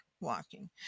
walking